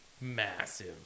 massive